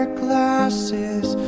glasses